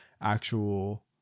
actual